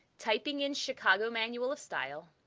typing in chicago manual of style'